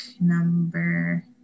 number